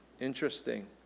interesting